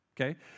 Okay